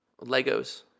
Legos